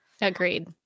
Agreed